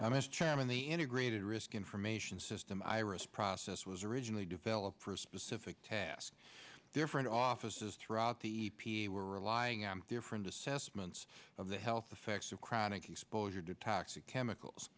i miss chairman the integrated risk information system iris process was originally developed for a specific task different offices throughout the e p a were relying on different assessments of the health effects of chronic exposure to toxic chemicals